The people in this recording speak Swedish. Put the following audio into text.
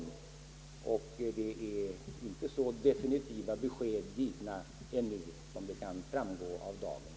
Ännu är inte så definitiva besked givna som det kan framgå av dagens tidningar.